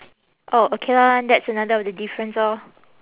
orh okay lor then that's another of the difference orh